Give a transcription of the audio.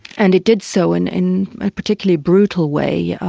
and it did so in in a particularly brutal way,